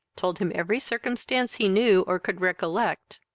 told him every circumstance he knew or could recollect.